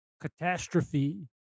catastrophe